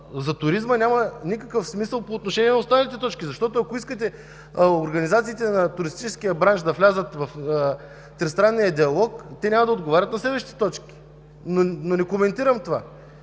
за туризма, няма никакво отношение към останалите точки, защото ако искате организациите на туристическия бранш да влязат в тристранния диалог, те няма да отговарят на следващите точки. Не коментирам това.